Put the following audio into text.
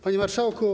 Panie Marszałku!